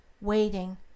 waiting